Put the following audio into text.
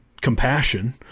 compassion